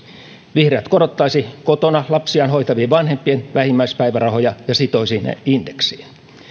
vihreät korottaisivat kotona lapsiaan hoitavien vanhempien vähimmäispäivärahoja ja sitoisivat ne indeksiin